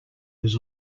was